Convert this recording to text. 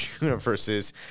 universes